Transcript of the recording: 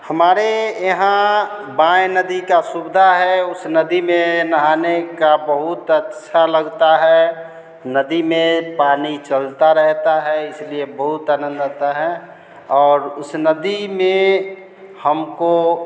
हमारे यहाँ बाएं नदी का सुरादा है उस नदी में नहाने का बहुत अच्छा लगता है नदी में पानी चलता रहता है इसलिए बहुत आनंद आता है और उस नदी में हमको